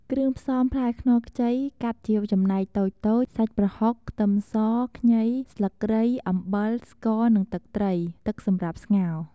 គ្រឿងផ្សំ ផ្លែខ្នុរខ្ចី កាត់ជាចំណែកតូចៗ សាច់ប្រហុក ខ្ទឹមស ខ្ញី ស្លឹកគ្រៃ អំបិល ស្ករ និងទឹកត្រី ទឹកសម្រាប់ស្ងោរ។